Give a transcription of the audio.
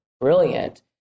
brilliant